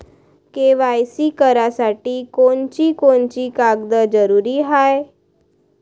KYC करासाठी कोनची कोनची कागद जरुरी हाय?